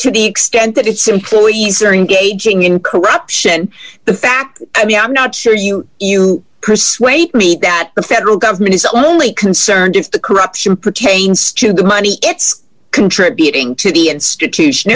to the extent that it's simply easier in gauging in corruption the fact i mean i'm not sure you you persuade me that the federal government is only concerned if the corruption pertains to the money it's contributing to the institution